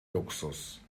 luxus